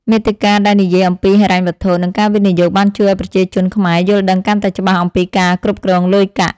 មាតិកាដែលនិយាយអំពីហិរញ្ញវត្ថុ និងការវិនិយោគបានជួយឱ្យប្រជាជនខ្មែរយល់ដឹងកាន់តែច្បាស់អំពីការគ្រប់គ្រងលុយកាក់។